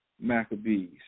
Maccabees